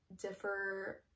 differ